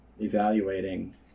evaluating